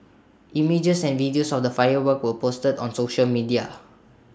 images and video of the fireworks were posted on social media